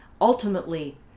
ultimately